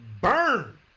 burn